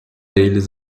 eles